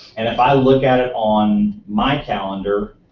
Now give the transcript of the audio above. and if i look at it on my calendar,